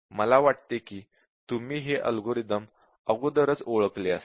मला वाटते की तुम्ही हे अल्गोरिदम अगोदरच ओळखले असेल